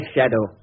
Shadow